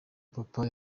papa